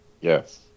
yes